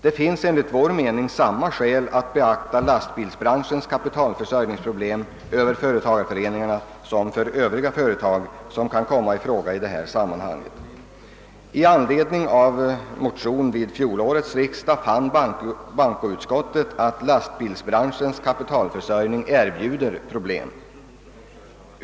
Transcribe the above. Det finns enligt vår mening samma skäl att beakta lastbilsbranschens behov av kapitalförsörjning över företagareföreningarna som övriga företags kapitalförsörjningsproblem, vilka kan komma i fråga i detta sammanhang. I anledning av motion vid fjolårets riksdag fann bankoutskottet att lastbilsbranschens kapitalförsörjning erbjuder problem.